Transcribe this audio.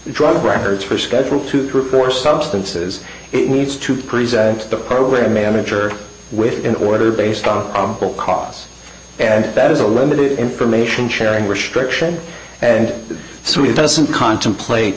drug records for schedule two through four substances it needs to present the program manager with an order based on costs and that is a limited information sharing restriction and so it doesn't contemplate